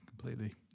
completely